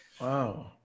Wow